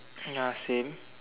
ya same